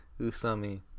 Usami